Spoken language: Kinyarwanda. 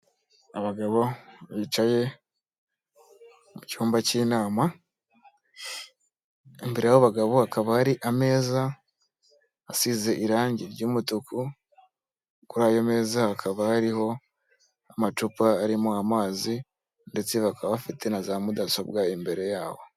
Abagabo bicaye mu cyumba cy'inama imbere yabo bagabo hakaba hari ameza asize irangi ry'mutuku kuri ayo meza hakaba hariho amacupa arimo amazi ndetse bakaba bafite na za mudasobwa imbere yabo.